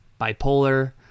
bipolar